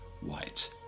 white